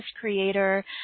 creator